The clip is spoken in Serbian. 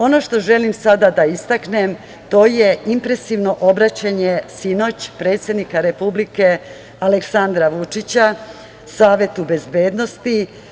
Ono što želim sada da istaknem to je impresivno obraćanje sinoć predsednika Republike Aleksandra Vučića Savetu bezbednosti.